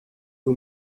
who